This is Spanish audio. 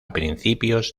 principios